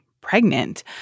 pregnant